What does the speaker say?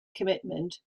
commitment